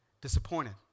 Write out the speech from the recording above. disappointed